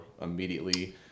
immediately